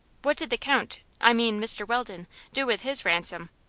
what did the count i mean, mr. weldon do with his ransom?